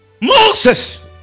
Moses